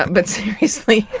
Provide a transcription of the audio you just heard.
but seriously,